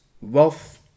wealth